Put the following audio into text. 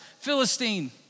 Philistine